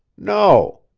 no,